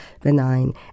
benign